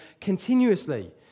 continuously